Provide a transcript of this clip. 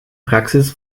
praxis